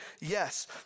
Yes